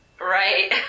Right